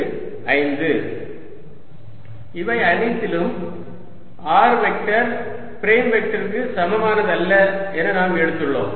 Ey∂yq4π01r r3 3y y2r r5 Ez∂zq4π01r r3 3z z2r r5 இவை அனைத்திலும் r vector prime வெக்டருக்கு சமமானதல்ல என நாம் எடுத்துள்ளோம்